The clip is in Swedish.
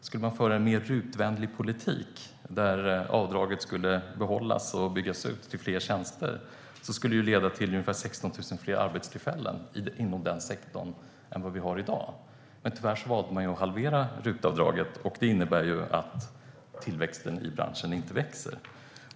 Skulle man föra en mer RUT-vänlig politik där avdraget skulle behållas och byggas ut till fler tjänster skulle det leda till ungefär 16 000 fler arbetstillfällen inom den sektorn än vad vi har i dag. Men tyvärr valde man att halvera RUT-avdraget, och det innebär att tillväxten i branschen inte växer.